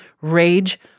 rage